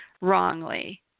wrongly